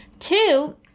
Two